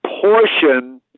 portion